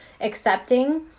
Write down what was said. accepting